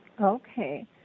okay